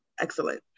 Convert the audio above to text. excellent